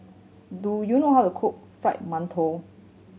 do you know how to cook Fried Mantou